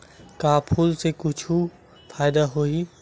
का फूल से कुछु फ़ायदा होही?